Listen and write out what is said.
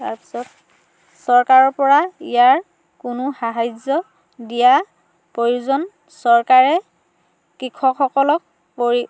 তাৰপিছত চৰকাৰৰ পৰা ইয়াৰ কোনো সাহাৰ্য দিয়া প্ৰয়োজন চৰকাৰে কৃষকসকলক পৰি